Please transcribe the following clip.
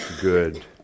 good